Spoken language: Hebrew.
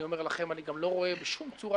אני גם אומר לכם שאני לא רואה בשום צורה